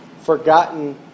forgotten